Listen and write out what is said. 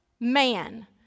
man